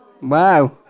Wow